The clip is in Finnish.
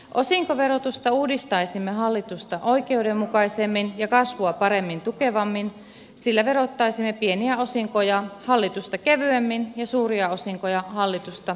osinkoverotusta uudistaisimme hallitusta oikeudenmukaisemmin ja kasvua paremmin tukien sillä verottaisimme pieniä osinkoja hallitusta kevyemmin ja suuria osinkoja hallitusta ankarammin